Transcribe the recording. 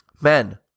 Men